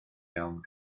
iawn